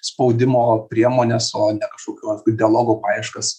spaudimo priemones o ne kažkokių ar tai dialogų paieškas